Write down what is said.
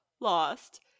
lost